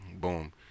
boom